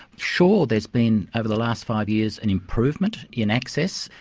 sure, there has been over the last five years an improvement in access,